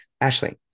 Ashley